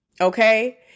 Okay